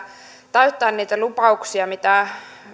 täyttää niitä lupauksia mitä